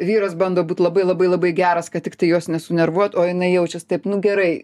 vyras bando būt labai labai labai geras kad tiktai jos nesunervuot o jinai jaučias taip nu gerai